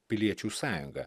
piliečių sąjungą